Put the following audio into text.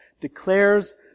declares